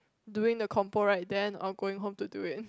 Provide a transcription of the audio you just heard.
doing the compo right then or going home to do it